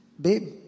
babe